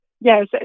Yes